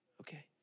Okay